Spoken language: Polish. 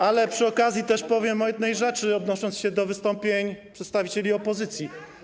Ale przy okazji też powiem o jednej rzeczy, odnosząc się do wystąpień przedstawicieli opozycji.